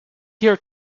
here